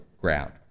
ground